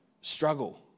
struggle